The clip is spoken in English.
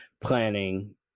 planning